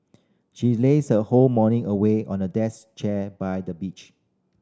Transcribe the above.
she lazed her whole morning away on a deck chair by the beach